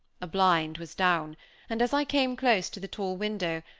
a blind was down and as i came close to the tall window,